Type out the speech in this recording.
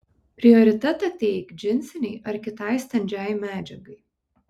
prioritetą teik džinsinei ar kitai standžiai medžiagai